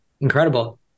incredible